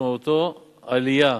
שמשמעותו עלייה